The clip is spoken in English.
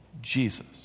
Jesus